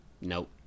Nope